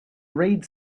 read